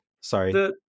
sorry